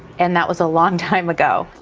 and that was a long time ago.